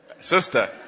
Sister